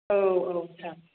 औ औ सार